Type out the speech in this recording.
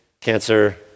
cancer